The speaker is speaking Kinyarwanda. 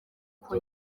uko